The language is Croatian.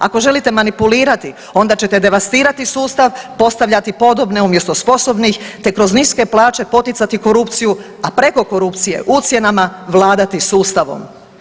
Ako želite manipulirati onda ćete devastirati sustav, postavljati podobne umjesto sposobnih te kroz niske plaće poticati korupciju, a preko korupcije ucjenama vladati sustavom.